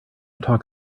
talk